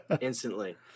Instantly